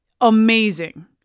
amazing